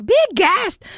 Biggest